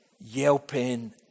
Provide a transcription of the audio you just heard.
yelping